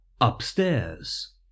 upstairs